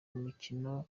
umukino